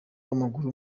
w’amaguru